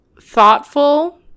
thoughtful